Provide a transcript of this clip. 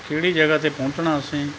ਕਿਹੜੀ ਜਗ੍ਹਾ 'ਤੇ ਪਹੁੰਚਣਾ ਅਸੀਂ